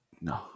no